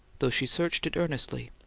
though she searched it earnestly,